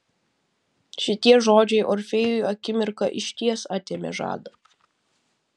šitie žodžiai orfėjui akimirką išties atėmė žadą